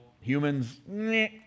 humans